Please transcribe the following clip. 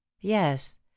Yes